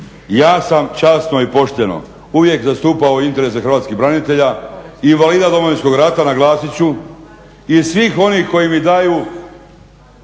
Ja sam časno i pošteno uvijek zastupao interese hrvatskih branitelja, invalida Domovinskog rata naglasit ću i svih onih koji mi daju